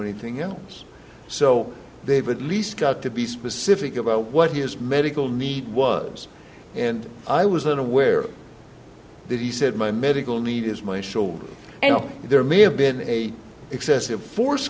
anything else so they have at least got to be specific about what his medical need was and i was unaware that he said my medical need is my shoulder and there may have been a excessive force